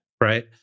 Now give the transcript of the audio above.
right